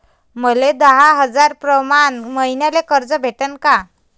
मले दहा हजार प्रमाण मईन्याले कर्ज भेटन का?